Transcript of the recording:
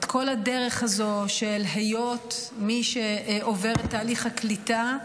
את כל הדרך הזו של היות מי שעובר את תהליך הקליטה,